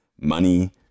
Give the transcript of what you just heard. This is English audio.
money